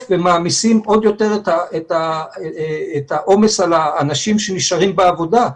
ומעמיסים עוד יותר את העומס על האנשים שנשארים בעבודה,